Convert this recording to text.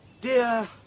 Dear